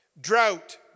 Drought